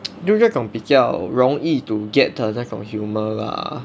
就是这种比较容易 to get 的那种 humour lah